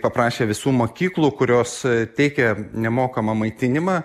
paprašę visų mokyklų kurios teikia nemokamą maitinimą